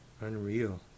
Unreal